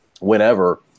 whenever